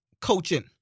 Coaching